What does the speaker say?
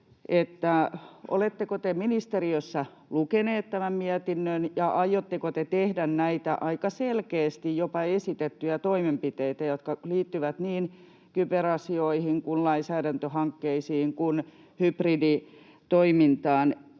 oletteko te ministeriössä lukeneet tämän mietinnön ja aiotteko te tehdä näitä aika selkeästi jopa esitettyjä toimenpiteitä, jotka liittyvät niin kyberasioihin kuin lainsäädäntöhankkeisiin kuin hybriditoimintaan.